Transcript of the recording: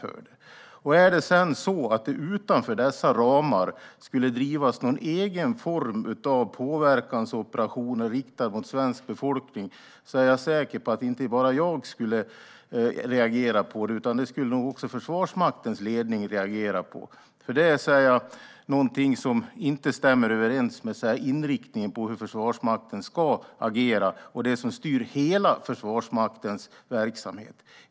Skulle det sedan utanför dessa ramar bedrivas någon egen form av påverkansoperationer riktade mot svensk befolkning är jag säker på att inte bara jag skulle reagera på det. Det skulle nog också Försvarsmaktens ledning reagera på, eftersom det är någonting som inte stämmer överens med inriktningen på hur Försvarsmakten ska agera och det som styr hela Försvarsmaktens verksamhet.